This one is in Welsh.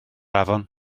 afon